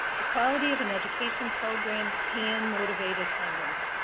the quality of an education program can motivate attendance,